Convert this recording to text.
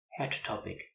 heterotopic